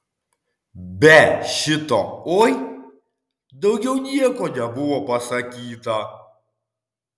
be šito oi daugiau nieko nebuvo pasakyta